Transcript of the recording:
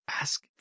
ask